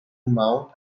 mouth